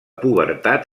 pubertat